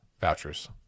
vouchers